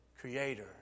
creator